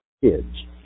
Kids